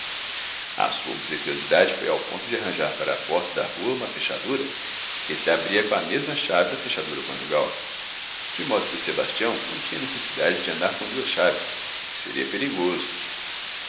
a sua obsequiosidade foi ao ponto de arranjar para a porta da rua uma fechadura que se abria com a mesma chave da fechadura conjugal de modo que o sebastião não tinha necessidade de andar com duas chaves o que seria perigoso